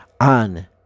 On